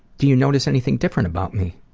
do you notice anything different about me?